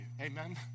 Amen